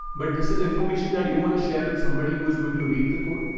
but this is information that you want to share with somebody who is going to read the code.